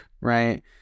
right